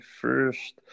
first